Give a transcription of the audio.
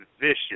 vicious